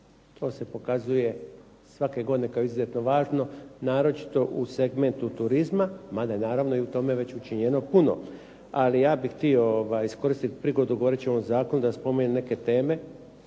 To se pokazuje svake godine kao izuzetno važno, naročito u segmentu turizma, mada naravno i u tome je već učinjeno puno. Ali ja bih htio iskoristit prigodu govoreći o ovom zakonu da spomenem neke teme